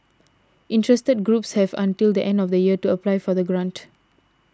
interested groups have until the end of the year to apply for the grant